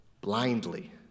blindly